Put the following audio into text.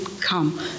come